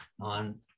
on